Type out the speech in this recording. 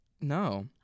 no